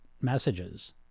messages